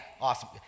awesome